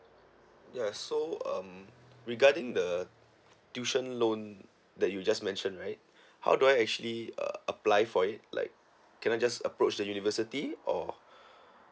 ya so um regarding the tuition loan that you just mentioned right how do I actually uh apply for it like can I just approach the university or